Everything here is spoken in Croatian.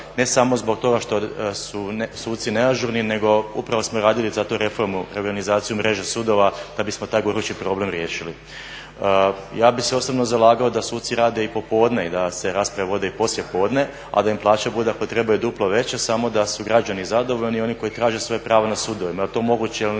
ne samo zbog toga što su suci neažurni nego upravo smo i radili zato reformu i organizacije mreže sudova da bismo taj gorući problem riješili. Ja bi se osobno zalagao da suci i popodne i da se rasprave vode i poslijepodne a da im plaće bude i duplo veće samo da su građani zadovoljni i oni koji traže svoje pravo na sudovima. Jel to moguće ili